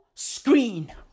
Screen